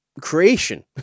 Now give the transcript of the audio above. Creation